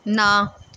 ਨਾ